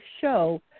show